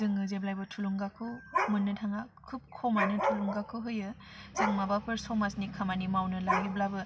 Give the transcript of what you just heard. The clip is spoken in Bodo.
जोङो जेब्लायबो थुलुंगाखौ मोननो थाङा खुब खमानो थुलुंगाखौ होयो जों माबाफोर समाजनि खामानि मावनो लायोब्लाबो